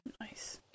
nice